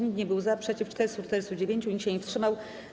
Nikt nie był za, przeciw - 449, nikt się nie wstrzymał.